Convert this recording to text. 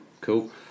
cool